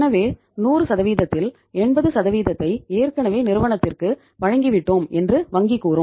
எனவே 100 தில் 80 ஐ ஏற்கனவே நிறுவனத்திற்கு வழங்கிவிட்டோம் என்று வங்கி கூறும்